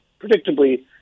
predictably